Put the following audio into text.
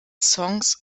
songs